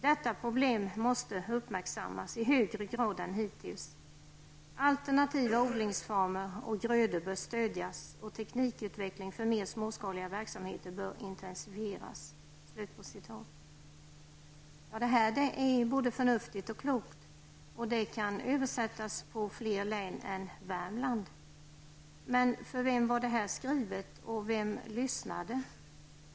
Detta problem måste uppmärksammas i högre grad än hittills. Alternativa odlingsformer och grödor bör stödjas och teknikutveckling för mer småskaliga verksamheter bör intensifieras.'' Detta är både förnuftigt och klokt. Det kan överföras på fler län än Värmland, som motionen gällde. Men för vem var det skrivet och vem lyssnade?